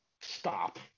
stop